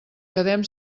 quedem